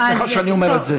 סליחה שאני אומר את זה.